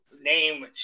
name